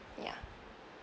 ya